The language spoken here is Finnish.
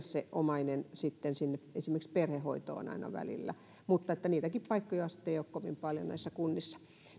se omainen esimerkiksi perhehoitoon aina välillä mutta niitäkään paikkoja sitten ei ole kovin paljon kunnissa